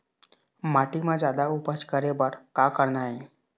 माटी म जादा उपज करे बर का करना ये?